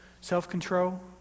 self-control